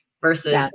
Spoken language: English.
versus